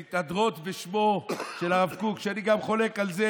שמתהדרות בשמו של הרב קוק, שאני גם חולק על זה